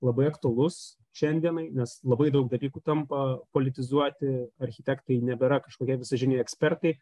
labai aktualus šiandienai nes labai daug dalykų tampa politizuoti architektai nebėra kažkokie visažiniai ekspertai